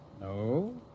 No